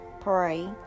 pray